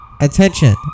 attention